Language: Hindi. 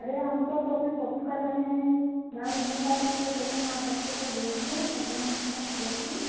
अरे हम तो कोशिश बहुत कर रहे हैं नाम नहीं काटेंगे लेकिन आप बच्चे को भेजिए पढ़ने लिखने में भेजिए